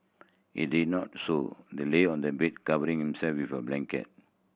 he did not so the lay on the bed covering himself with a blanket